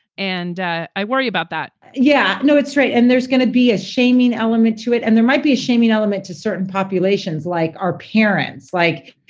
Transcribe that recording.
and i worry about that yeah. no, it's right. and there's going to be a shaming element to it. and there might be shaming element to certain populations like our parents. like,